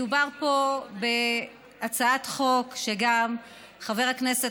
מדובר פה בהצעת חוק שגם חבר הכנסת